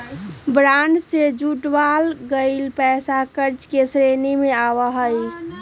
bond से जुटावल गइल पैसा कर्ज के श्रेणी में आवा हई